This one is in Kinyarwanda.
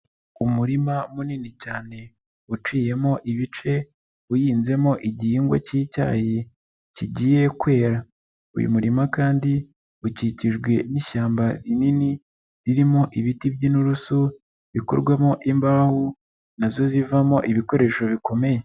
Umurima munini cyane uciyemo ibice, uhinzemo igihingwa cy'icyayi kigiye kwera, uyu murima kandi ukikijwe n'ishyamba rinini, ririmo ibiti by'inturusu bikorwamo imbaho na zo zivamo ibikoresho bikomeye.